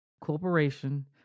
corporation